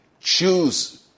choose